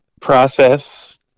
process